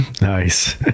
Nice